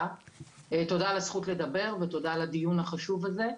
תודה על הזכות לדבר ותודה על הדיון החשוב הזה.